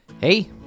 hey